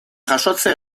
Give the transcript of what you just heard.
jasotze